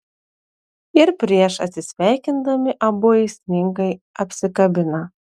ir prieš atsisveikindami abu aistringai apsikabina